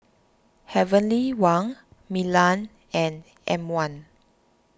Heavenly Wang Milan and M one